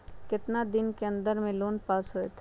कितना दिन के अन्दर में लोन पास होत?